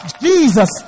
Jesus